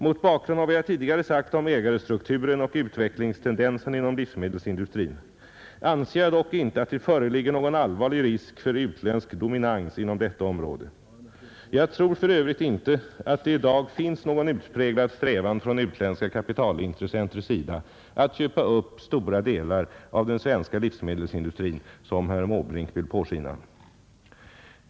Mot bakgrund av vad jag tidigare sagt om ägarstrukturen och utvecklingstendenserna inom livsmedelsindustrin anser jag dock inte att det föreligger någon allvarlig risk för utländsk dominans inom detta område. Jag tror för övrigt inte att det i dag finns någon utpräglad strävan från utländska kapitalintressenters sida att köpa upp stora delar av den svenska livsmedelsindustrin, så som herr Måbrink vill låta påskina.